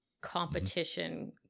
competition